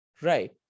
right